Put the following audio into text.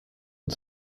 und